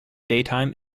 daytime